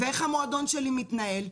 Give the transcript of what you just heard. איך המועדון שלי מתנהל,